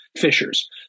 fishers